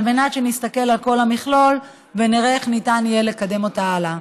על מנת שנסתכל על כל המכלול ונראה איך ניתן יהיה לקדם אותה הלאה.